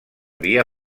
via